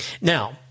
Now